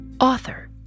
Author